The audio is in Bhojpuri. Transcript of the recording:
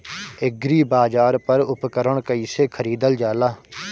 एग्रीबाजार पर उपकरण कइसे खरीदल जाला?